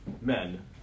men